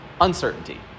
Uncertainty